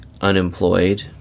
unemployed